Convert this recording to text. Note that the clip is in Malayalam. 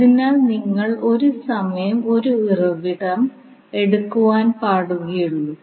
അതിനാൽ നിങ്ങൾ ഒരു സമയം ഒരു ഉറവിടം എടുക്കുവാൻ പാടുകയുള്ളൂ